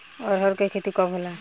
अरहर के खेती कब होला?